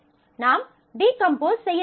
நாம் டீகம்போஸ் செய்ய வேண்டும்